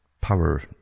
power